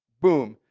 boom.